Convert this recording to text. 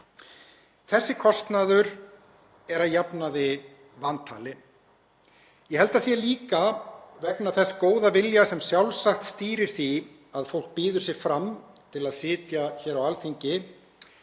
Þessi kostnaður er að jafnaði vantalinn. Ég held líka, vegna þess góða vilja sem sjálfsagt stýrir því að fólk býður sig fram til að sitja á Alþingi,